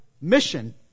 mission